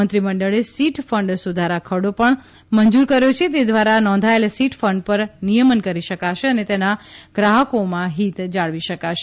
મંત્રી મંડળે chit fund સુધારા ખરડો પણ મંજુર કર્યો છે તે દ્વારા નોંધાયેલા ચીટ ફંડ પર નિયમન કરી શકાશે અને તેના ગ્રાહકોમાં ફીત જાળવી શકાશે